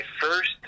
first